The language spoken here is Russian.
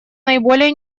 наиболее